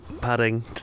padding